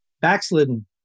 backslidden